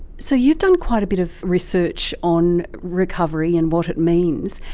so you've done quite a bit of research on recovery and what it means.